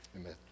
amen